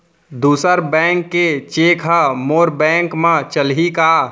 दूसर बैंक के चेक ह मोर बैंक म चलही का?